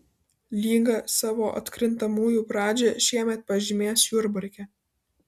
lyga savo atkrintamųjų pradžią šiemet pažymės jurbarke